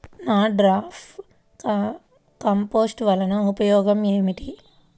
NADEP compost వలన ఉపయోగం ఏమిటి?